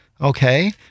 okay